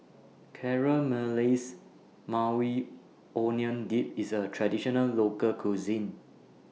Caramelized Maui Onion Dip IS A Traditional Local Cuisine